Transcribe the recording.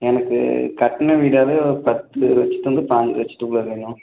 எனக்கு கட்டின வீடாகவே ஒ பத்து லட்சத்துலருந்து பாஞ்சு லட்சத்துக்குள்ள வேணும்